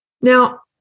Now